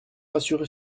rassurer